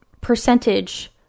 percentage